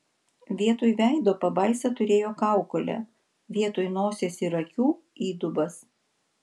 vietoj veido pabaisa turėjo kaukolę vietoj nosies ir akių įdubas